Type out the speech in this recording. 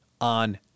on